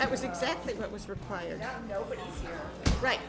that was exactly what was required right